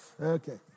Okay